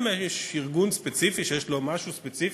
אם יש ארגון ספציפי שיש לו משהו ספציפי,